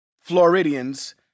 Floridians